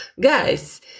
Guys